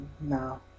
no